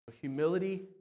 humility